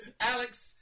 Alex